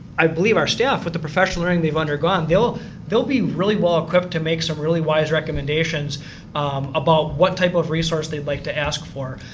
i believe our staff at but the professional learning they've undergone, they'll they'll be really well-equipped to make some really wise recommendations about what type of resource they like to ask for.